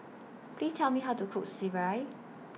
Please Tell Me How to Cook Sireh